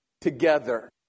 together